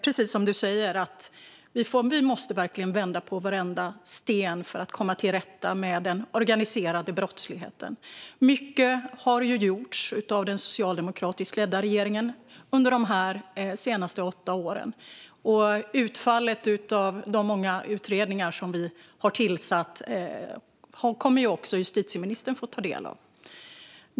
Precis som du säger måste vi verkligen vända på varenda sten för att komma till rätta med den organiserade brottsligheten. Mycket har gjorts av den socialdemokratiskt ledda regeringen under de senaste åtta åren, och utfallet av de många utredningar som vi har tillsatt kommer också justitieministern att få ta del av.